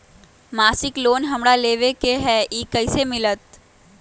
मासिक लोन हमरा लेवे के हई कैसे मिलत?